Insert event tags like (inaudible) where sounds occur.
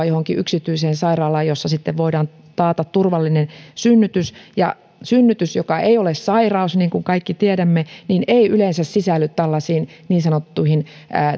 (unintelligible) johonkin yksityiseen sairaalaan jossa sitten voidaan taata turvallinen synnytys synnytys joka ei ole sairaus niin kuin kaikki tiedämme ei yleensä sisälly tällaisiin niin sanottuihin